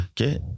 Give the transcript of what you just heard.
Okay